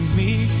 me